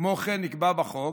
כמו כן, נקבע בחוק